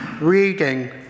reading